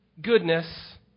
goodness